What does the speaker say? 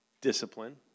Discipline